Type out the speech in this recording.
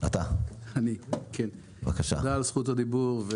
תודה על זכות הדיבור.